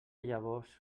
llavors